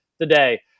today